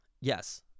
Yes